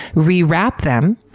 re-wrapped them,